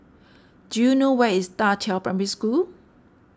do you know where is Da Qiao Primary School